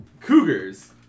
Cougars